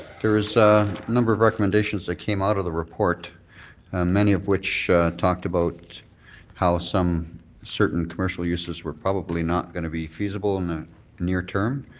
there is a number of recommendations that came out of the report, and many of which talked about how some certain commercial uses were probably not going to be feasible in the near term.